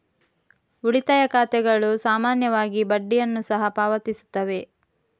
ಉಳಿತಾಯ ಖಾತೆಗಳು ಸಾಮಾನ್ಯವಾಗಿ ಬಡ್ಡಿಯನ್ನು ಸಹ ಪಾವತಿಸುತ್ತವೆ